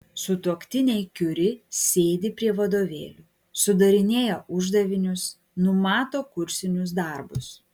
sutuoktiniai kiuri sėdi prie vadovėlių sudarinėja uždavinius numato kursinius darbus